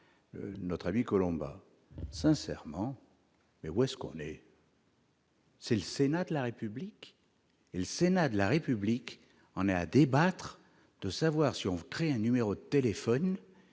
notre avis Colomba sincèrement. Mais où est-ce qu'on est. C'est le sénat de la République et le sénat de la République en est à débattre de savoir si on veut créer un numéro de téléphone